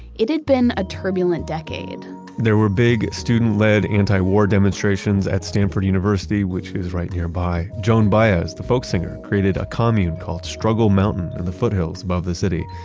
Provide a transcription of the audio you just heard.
it had been a turbulent decade there were big student-led anti-war demonstrations at stanford university, which is right nearby. joan baez, the folk singer created a commune called struggle mountain at the foothills above the city,